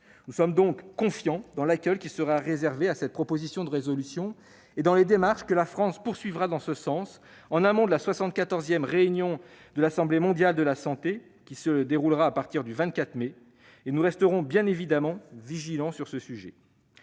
Nous sommes donc confiants dans l'accueil qui sera réservé à cette proposition de résolution et dans les démarches que la France poursuivra en ce sens, en amont de la soixante-quatorzième réunion de l'Assemblée mondiale de la santé qui se déroulera à partir du 24 mai. Nous resterons bien entendu vigilants sur ce point.